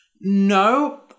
No